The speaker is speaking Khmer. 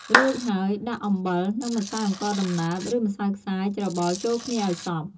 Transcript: រួចហើយដាក់អំបិល និងម្សៅអង្ករដំណើប ឬម្សៅខ្សាយ ច្របល់ចូលគ្នាឱ្យសព្វ។